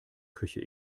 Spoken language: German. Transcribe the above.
küche